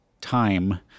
time